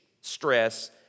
stress